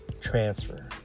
transfer